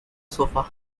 sofa